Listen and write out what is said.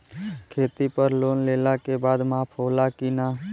खेती पर लोन लेला के बाद माफ़ होला की ना?